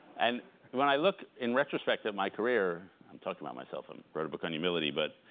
and when i look in retrospective my career i'm talking about myself and wrote a book on humility but